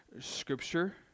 Scripture